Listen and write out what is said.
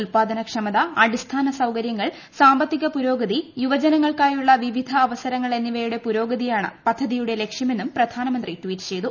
ഉൽപ്പാദന ക്ഷമത അടിസ്ഥാന സൌകര്യങ്ങൾ സാമ്പത്തിക പുരോഗതി യുവജനങ്ങൾക്കായുള്ള വിവിധ അവസരങ്ങൾ എന്നിവയുടെ പുരോഗതിയാണ് പദ്ധതിയുടെ ലക്ഷ്യമെന്നും പ്രധാനമന്ത്രി ട്വീറ്റ് ചെയ്തു